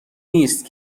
نیست